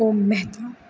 Om Mehta